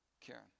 Karen